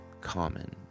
common